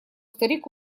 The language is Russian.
старик